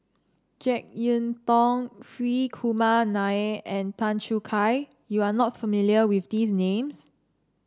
JeK Yeun Thong Hri Kumar Nair and Tan Choo Kai you are not familiar with these names